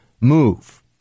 move